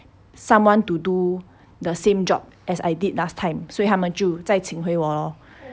someone to do the same job as I did last time 所以他们就再请回我 loh